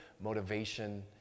motivation